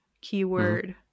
keyword